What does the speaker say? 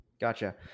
Gotcha